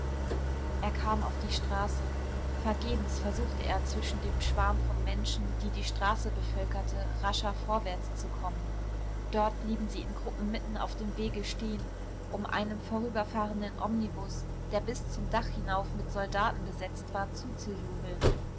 er kam auf die straße vergebens versuchte er zwischen dem schwarm von menschen der die straße bevölkerte rascher vorwärts zu kommen dort blieben sie in gruppen mitten auf dem wege stehen um einem vorüberfahrenden omnibus der bis zum dach hinauf mit soldaten besetzt war zuzujubeln